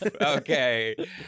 okay